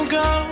go